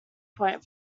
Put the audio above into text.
point